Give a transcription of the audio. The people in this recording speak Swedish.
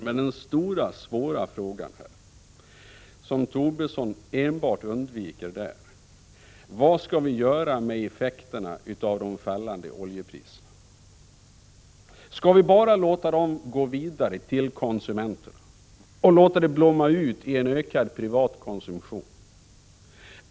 Men den stora svåra frågan, som Tobisson enbart undviker, är: Vad skall vi göra med effekterna av de fallande oljepriserna? Skall vi bara låta dem gå vidare till konsumenterna för att blomma ut i en ökad privat konsumtion?